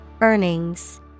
Earnings